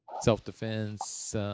self-defense